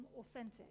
authentic